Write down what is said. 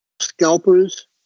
scalpers